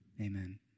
Amen